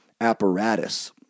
apparatus